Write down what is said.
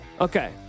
Okay